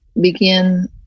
begin